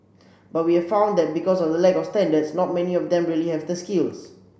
but we have found that because of the lack of standards not many of them really have the skills